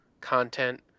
content